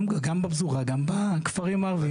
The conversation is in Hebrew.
גם בפזורה, גם בכפרים הערביים.